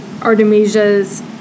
Artemisia's